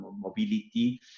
mobility